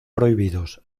prohibidos